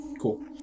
Cool